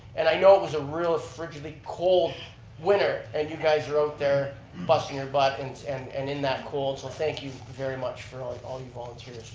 and i know it was a real ah frigidy, cold winter and you guys were out there busting your butt but and and and in that cold, so thank you very much for all your volunteers,